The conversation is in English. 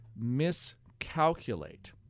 miscalculate